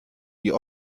die